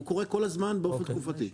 הוא קורה כל הזמן באופן תקופתי.